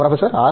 professor R